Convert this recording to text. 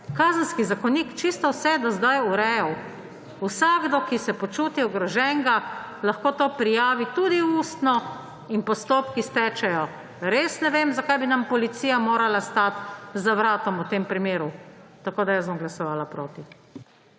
Kazenski zakonik je čisto vse do zdaj urejal. Vsakdo, ki se počuti ogroženega, lahko to prijavi tudi ustno in postopki stečejo. Res ne vem, zakaj bi nam policija morala stati za vratom v tem primeru. Tako da jaz bom glasovala proti.